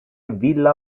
villa